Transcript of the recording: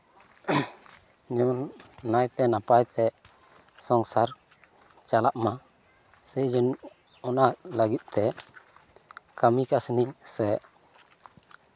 ᱡᱮᱢᱚᱱ ᱱᱟᱭᱛᱮ ᱱᱟᱯᱟᱭᱛᱮ ᱥᱚᱝᱥᱟᱨ ᱪᱟᱞᱟᱜ ᱢᱟ ᱥᱮᱭᱡᱚᱱ ᱚᱱᱟ ᱞᱟᱜᱤᱫ ᱛᱮ ᱠᱟ ᱢᱤ ᱠᱟ ᱥᱱᱤ ᱥᱮ